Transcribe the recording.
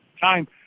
time